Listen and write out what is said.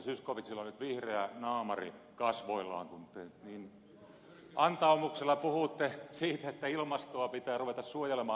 zyskowiczilla on nyt vihreä naamari kasvoillaan kun te niin antaumuksella puhutte siitä että ilmastoa pitää ruveta suojelemaan